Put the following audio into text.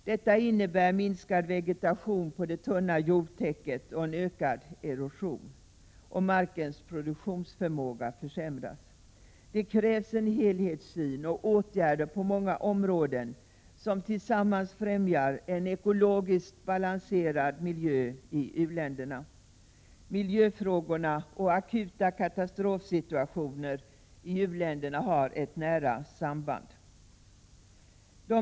Detta innebär minskad vegetation på det tunna jordtäcket och ökad erosion, och markens produktionsförmåga försämras. Det krävs en helhetssyn och åtgärder på många områden som tillsammans främjar en ekologiskt balanserad miljö i u-länderna. Miljöfrågorna och akuta katastrofsituationer i u-länderna har ett nära samband.